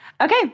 Okay